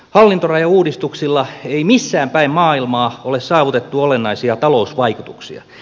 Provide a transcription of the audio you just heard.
hallintorajauudistuksilla ei missään päin maailmaa ole saavutettu olennaisia talousvaikutuksia